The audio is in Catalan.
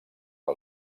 que